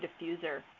diffuser